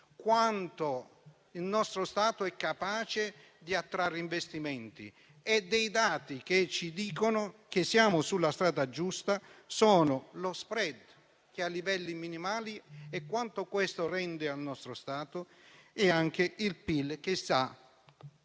quanto il nostro Stato è capace di attrarre investimenti. I dati che ci dicono che siamo sulla strada giusta sono lo *spread*, che è a livelli minimali (considerate quanto questo rende al nostro Stato), e il PIL, che si